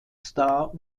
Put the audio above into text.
star